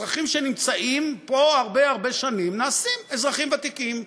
אזרחים שנמצאים פה הרבה הרבה שנים נעשים אזרחים ותיקים.